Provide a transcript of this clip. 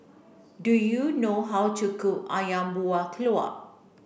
do you know how to cook Ayam Buah Keluak